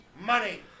money